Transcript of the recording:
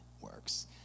works